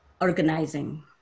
organizing